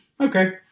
Okay